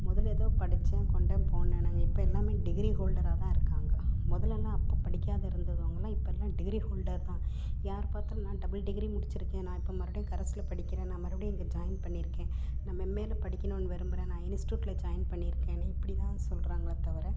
முதல்ல ஏதோ படித்தேன் கொண்டேன் போனேன் நாங்கள் இப்போ எல்லாமே டிகிரி ஹோல்டராக தான் இருக்காங்க முதல்ல எல்லாம் அப்போ படிக்காத இருந்தவங்க எல்லாம் இப்போ எல்லாம் டிகிரி ஹோல்டர் தான் யாரை பார்த்தாலும் நான் டபுள் டிகிரி முடித்திருக்கேன் நான் இப்போ மறுபடியும் கரஸ்ஸில் படிக்கிறேன் நான் மறுபடியும் இங்கே ஜாயின் பண்ணியிருக்கேன் நான் மென்மேலும் படிக்கணும்னு விரும்புகிறேன் நான் இனிஸ்டூட்டில் ஜாயின் பண்ணியிருக்கேன்னு இப்படி தான் சொல்கிறாங்களே தவிர